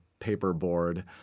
paperboard